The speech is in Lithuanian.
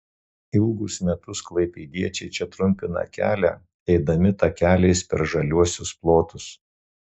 ilgus metus klaipėdiečiai čia trumpina kelią eidami takeliais per žaliuosius plotus